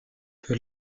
que